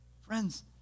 Friends